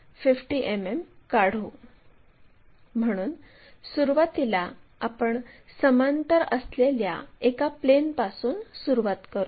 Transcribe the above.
हे p r आणि p r1 काढल्यानंतर आता आपण सातवी पायरी पाहू